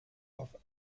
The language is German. auf